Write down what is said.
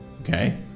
Okay